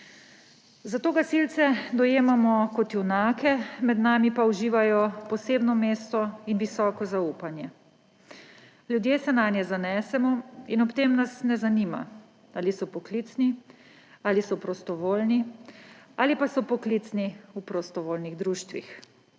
Zato gasilce dojemamo kot junake, med nami pa uživajo posebno mesto in visoko zaupanje. Ljudje se nanje zanesemo in ob tem nas ne zanima, ali so poklicni ali so prostovoljni ali pa so poklicni v prostovoljnih društvih.